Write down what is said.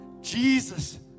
Jesus